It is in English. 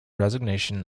resignation